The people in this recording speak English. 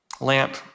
lamp